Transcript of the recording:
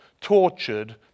tortured